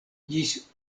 ĝis